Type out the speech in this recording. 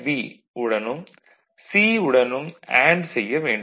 B உடனும் C உடனும் and செய்ய வேண்டும்